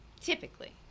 typically